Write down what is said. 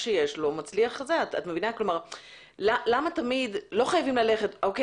שיש לו הוא מצליח אני מבינה שצריך רפורמה,